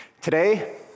Today